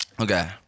Okay